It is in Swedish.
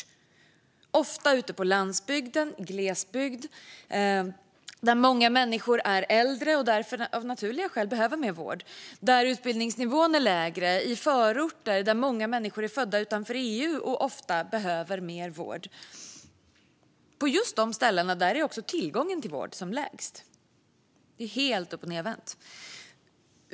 Det gäller ofta ute på landsbygden och i glesbygd, där många människor är äldre och därför av naturliga skäl behöver mer vård, där utbildningsnivån är lägre och i förorter där många människor är födda utanför EU och ofta behöver mer vård. På just dessa ställen är tillgången till vård som lägst. Detta är helt uppochnedvänt.